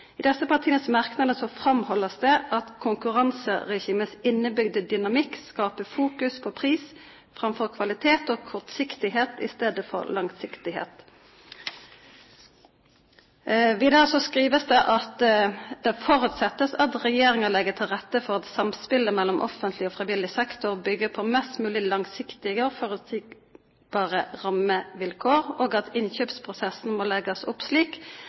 I disse partienes merknader framholdes det at konkurranseregimets innebygde dynamikk skaper fokus på pris framfor kvalitet og kortsiktighet i stedet for langsiktighet. Videre skrives det at det forutsettes at regjeringen legger til rette for at samspillet mellom offentlig og frivillig sektor bygger på mest mulig langsiktige og forutsigbare rammevilkår, og at innkjøpsprosessen må legges opp slik